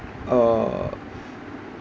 uh